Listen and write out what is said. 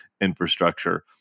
infrastructure